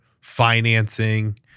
financing